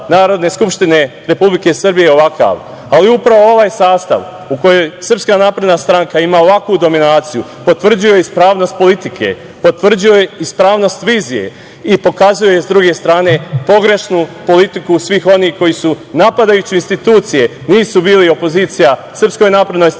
Narodne skupštine Republike Srbije ovakav, ali upravo ovaj sastav u kom SNS ima ovakvu dominaciju potvrđuje ispravnost politike, potvrđuje ispravnost vizije i pokazuje, s druge strane, pogrešnu politiku svih onih koji napadajući institucije nisu bili opozicija SNS, već su